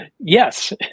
Yes